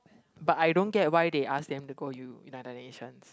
but I don't get why they ask them to go u~ United Nations